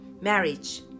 Marriage